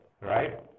right